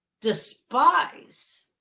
despise